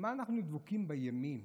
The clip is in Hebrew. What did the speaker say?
למה אנחנו דבקים בימין,